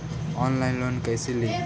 Online loan कैसे ली?